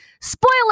spoiler